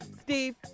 Steve